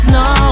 no